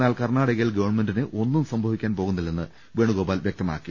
എന്നാൽ കർണാടക യിൽ ഗവൺമെന്റിന് ഒന്നും സംഭവിക്കാൻ പോകുന്നില്ലെന്ന് വേണുഗോപാൽ വ്യക്തമാക്കി